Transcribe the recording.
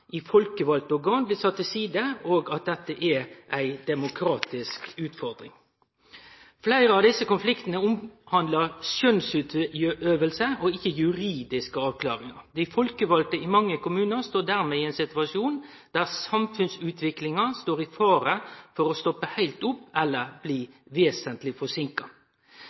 i folkevalde organ blir sette til side, og at dette er ei demokratisk utfordring. Fleire av desse konfliktane omhandlar utøving av skjønn og ikkje juridiske avklaringar. Dei folkevalde i mange kommunar står dermed i ein situasjon der samfunnsutviklinga står i fare for å stoppe heilt opp eller bli vesentleg